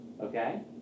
Okay